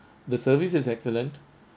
the service is excellent